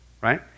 Right